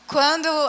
Quando